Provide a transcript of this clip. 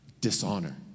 dishonor